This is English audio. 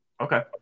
Okay